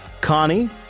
Connie